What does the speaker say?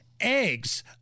Eggs